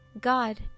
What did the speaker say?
God